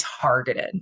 targeted